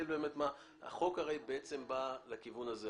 החוק הרי בעצם בא לכיוון הזה.